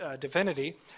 divinity